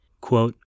Quote